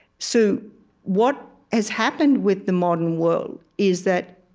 so what has happened with the modern world is that,